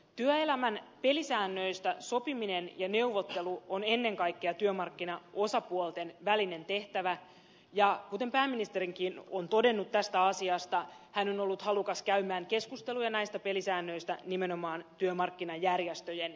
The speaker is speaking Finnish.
työelämän pelisäännöistä sopiminen ja neuvottelu on ennen kaikkea työmarkkinaosapuolten välinen tehtävä ja kuten pääministerikin on todennut tästä asiasta hän on ollut halukas käymään keskusteluja näistä pelisäännöistä nimenomaan työmarkkinajärjestöjen kanssa